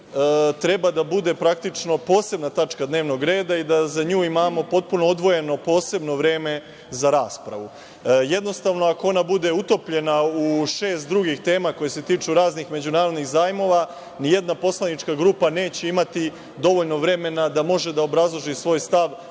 treba da bude praktično, posebna tačka dnevnog reda i da za nju imamo potpuno odvojeno posebno vreme za raspravu. Jednostavno, ako ona bude utopljena u šest drugih tema koje se tiču raznih međunarodnih zajmova, ni jedna poslanička grupa neće imati dovoljno vremena da obrazloži svoj stav